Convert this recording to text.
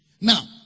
Now